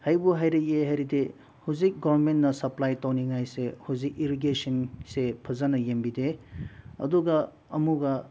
ꯍꯥꯏꯕꯨ ꯍꯥꯏꯔꯒꯦ ꯍꯥꯏꯔꯗꯤ ꯍꯧꯖꯤꯛ ꯒꯣꯕꯔꯃꯦꯟꯅ ꯁꯄ꯭ꯂꯥꯏ ꯇꯧꯅꯤꯡꯉꯥꯏꯁꯦ ꯍꯧꯖꯤꯛ ꯏꯔꯤꯒꯦꯁꯟꯁꯦ ꯐꯖꯅ ꯌꯦꯡꯕꯤꯗꯦ ꯑꯗꯨꯒ ꯑꯃꯨꯛꯀ